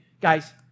guys